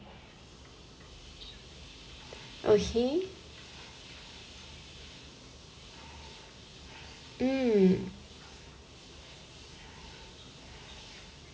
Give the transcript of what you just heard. okay mm